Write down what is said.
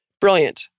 Brilliant